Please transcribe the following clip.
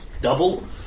double